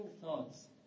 thoughts